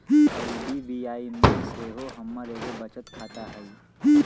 IDBI में सेहो हमर एगो बचत खता हइ